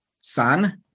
son